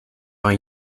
are